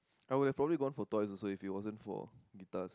I would probably have gone for twice also if it wasn't for guitar